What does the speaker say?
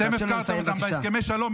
אתם הפקרתם אותם בהסכמי השלום.